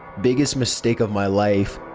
biggest mistake of my life.